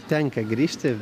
tenka grįžti